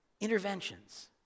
interventions